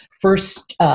first